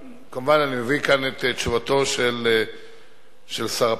כמובן שאני מביא כאן את תשובתו של שר הפנים.